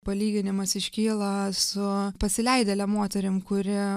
palyginimas iškyla su pasileidėle moterim kuri